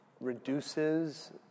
reduces